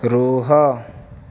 ରୁହ